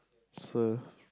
so